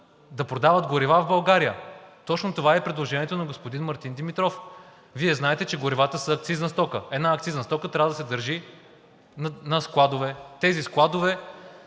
да продават горива в България. Точно това е предложението на господин Мартин Димитров. Вие знаете, че горивата са акцизна стока. Една акцизна стока трябва да се държи на складове. Тези складове